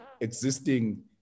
existing